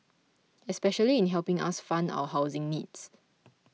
especially in helping us fund our housing needs